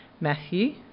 Matthew